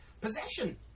possession